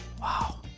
Wow